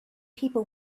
people